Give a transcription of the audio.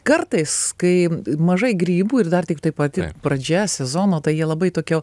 kartais kai mažai grybų ir dar tiktai pati pradžia sezono tai jie labai tokio